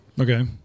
Okay